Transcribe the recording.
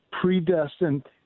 predestined—